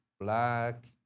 black